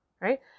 right